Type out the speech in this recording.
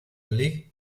league